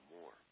more